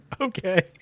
Okay